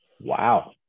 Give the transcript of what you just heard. wow